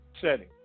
setting